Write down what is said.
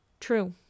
True